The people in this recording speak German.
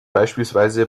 beispielsweise